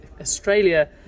Australia